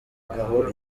aho